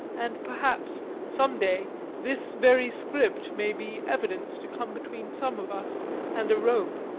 and perhaps some day this very script may be evidence to come between some of us and a rope.